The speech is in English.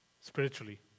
spiritually